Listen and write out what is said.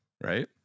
right